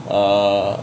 err